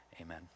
Amen